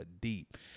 deep